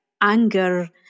anger